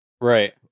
right